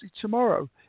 Tomorrow